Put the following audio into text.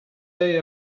day